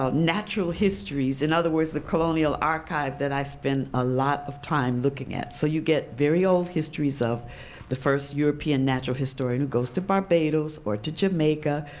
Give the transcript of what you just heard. ah natural histories, in other words, the colonial archive that i spent a lot of time looking at. so you get very old histories of the first european natural historian who goes to barbados, or to jamaica,